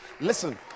Listen